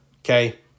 okay